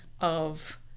of-